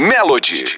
Melody